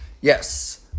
Yes